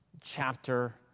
chapter